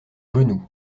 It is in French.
genou